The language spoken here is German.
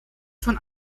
von